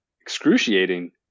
excruciating